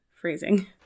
Freezing